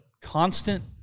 constant